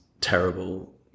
terrible